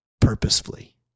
purposefully